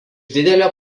didelio